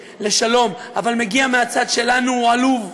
ביניהם, כל אחד לגבי היחס לערבים